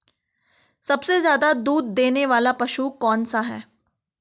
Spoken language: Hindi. सबसे ज़्यादा दूध देने वाला पशु कौन सा है?